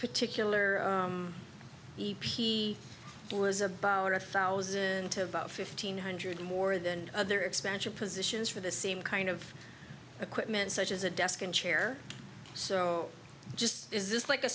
particular e p is about a thousand to about fifteen hundred more than other expansion positions for the same kind of equipment such as a desk and chair so just is this like a